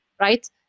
right